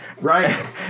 Right